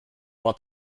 war